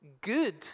Good